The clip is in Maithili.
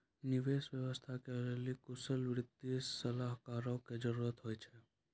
निवेश व्यवस्था के लेली कुशल वित्तीय सलाहकारो के जरुरत होय छै